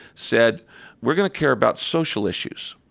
said we're going to care about social issues,